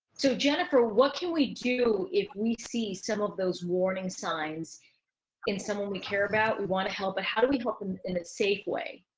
jennifer, what can we do if we see some of those warning signs in someone we care about we want to help, but how do we help them in a safe way?